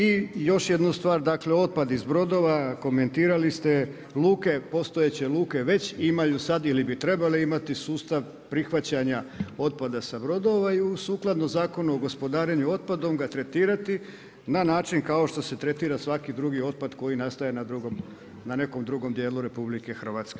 I još jednu stvar, dakle otpad iz brodova komentirali ste, luke, postojeće luke već imaju sad ili bi trebale imati sustav prihvaćanja otpada sa brodova i sukladno Zakonu o gospodarenju otpadom ga tretirati na način kao što se tretira svaki drugi otpad koji nastaje na nekom drugom dijelu RH.